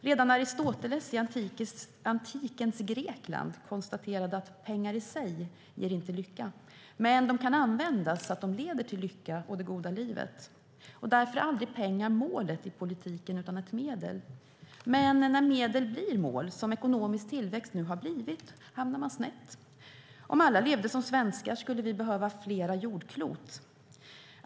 Redan Aristoteles i antikens Grekland konstaterade att pengar i sig inte ger lycka men att de kan användas så att de leder till lycka och det goda livet. Därför är aldrig pengar målet i politiken utan ett medel. Men när medel blir mål, som ekonomisk tillväxt nu har blivit, hamnar man snett. Om alla levde som svenskar skulle vi behöva flera jordklot.